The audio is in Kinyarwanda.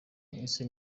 ese